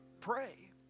pray